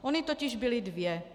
Ony totiž byly dvě.